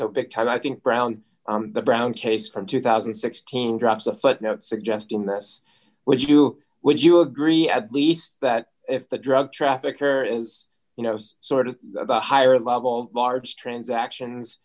so big time i think brown the brown case from two thousand and sixteen drops a footnote suggesting that's what you would you agree at least that if the drug trafficker is you know some sort of the higher level large transactions